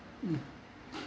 mm